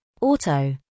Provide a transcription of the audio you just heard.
auto